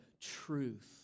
truth